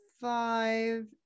five